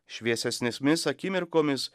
šviesesnėmis akimirkomis